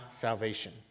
salvation